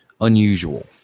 unusual